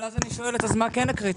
אבל אז אני שואלת אז מה כן הקריטריון.